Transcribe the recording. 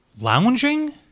lounging